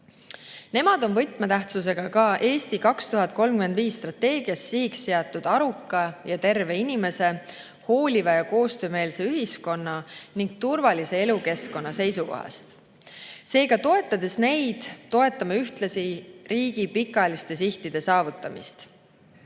Nemad on võtmetähtsusega ka "Eesti 2035" strateegias sihiks seatud aruka ja terve inimese, hooliva ja koostöömeelse ühiskonna ning turvalise elukeskkonna seisukohast. Seega toetades neid, toetame ühtlasi riigi pikaajaliste sihtide saavutamist.